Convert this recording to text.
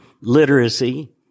literacy